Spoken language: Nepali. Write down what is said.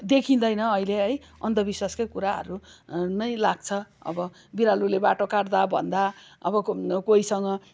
देखिँदैन अहिले है अब्धविश्वासकै कुराहरू नै लाग्छ अब बिरालोलेले बाटो काट्दा भन्दा अब को कोहीसँग